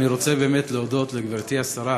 אני רוצה להודות לגברתי השרה